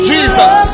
Jesus